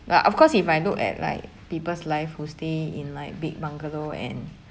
but of course if I look at like people's life who stay in like big bungalow and